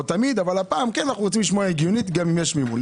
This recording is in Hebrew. לא תמיד אבל הפעם כן אנחנו רוצים לשמוע הגיונית גם אם יש מימון?